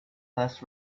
less